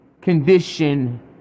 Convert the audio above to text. condition